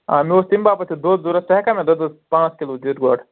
آ مےٚ اوس تَمہِ باپتھ تہِ دۄد ضروٗرت ژٕ ہٮ۪کٕکھا مےٚ دۄدس پانٛژھ کِلوٗ دِتھ گۄڈٕ